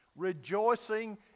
Rejoicing